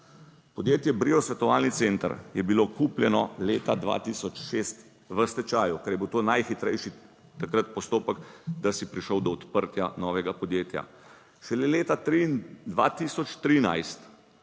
Podjetje Brio svetovalni center, je bilo kupljeno leta 2006 v stečaju, ker je bil to najhitrejši takrat postopek, da si prišel do odprtja novega podjetja. Šele leta 2013,